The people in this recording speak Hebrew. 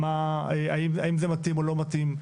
האם זה מתאים או לא מתאים,